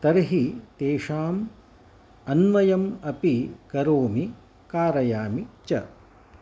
तर्हि तेषाम् अन्वयम् अपि करोमि कारयामि च